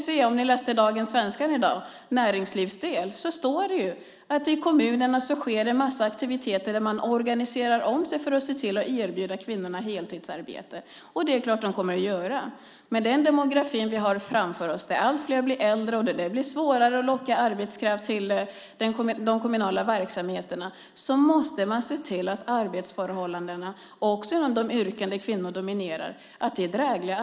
I Svenskans näringslivsdel stod det i dag att det i kommunerna sker en massa aktiviteter där man organiserar om sig för att se till att erbjuda kvinnorna heltidsarbete, och det är klart att de kommer att göra det. Med den demografi vi har framför oss, där allt fler blir äldre och det blir svårare att locka arbetskraft till de kommunala verksamheterna, måste man se till att arbetsförhållandena, också inom de yrken där kvinnor dominerar, är drägliga.